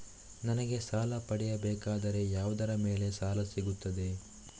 ನನಗೆ ಸಾಲ ಪಡೆಯಬೇಕಾದರೆ ಯಾವುದರ ಮೇಲೆ ಸಾಲ ಸಿಗುತ್ತೆ?